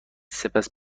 سپس